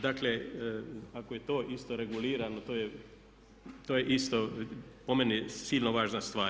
Dakle ako je to isto regulirano to je isto po meni silno važna stvar.